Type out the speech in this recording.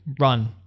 run